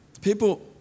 People